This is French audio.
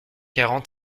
quarante